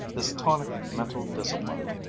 this tonic mental discipline,